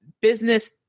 business